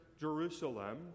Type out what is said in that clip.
Jerusalem